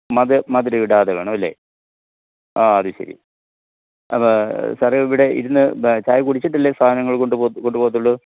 മധുരമിടാതെ വേണമല്ലെ ആ അത് ശരി അത് സാറെ ഇവിടെ ഇരുന്ന് ചായ കുടിച്ചിട്ടല്ലെ സാധനങ്ങള് കൊണ്ടുപോകുകയുള്ളൂ